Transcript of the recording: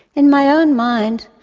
in my own mind,